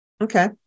Okay